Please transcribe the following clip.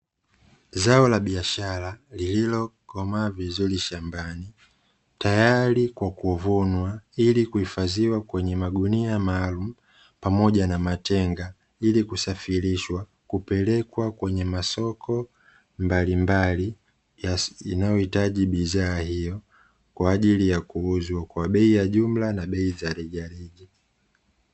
Zao la biashara lililokomaa vizuri shambani, tayari kwa kuvunwa ili kuhifadhiwa kwenye magunia maalumu pamoja na matenga, ili kusafirishwa kupelekwa kwenye masoko mbalimbali yanayohitaji bidhaa hiyo, kwa ajili ya kuuzwa kwa bei ya jumla na bei za rejareja.